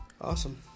Awesome